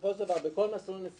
שבסופו של דבר לא רק שכל מסלול נסיעה